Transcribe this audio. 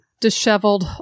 disheveled